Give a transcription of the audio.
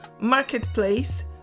marketplace